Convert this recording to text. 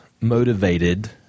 motivated –